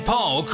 Paul